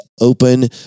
open